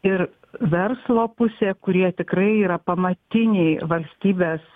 ir verslo pusė kurie tikrai yra pamatiniai valstybės